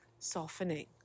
softening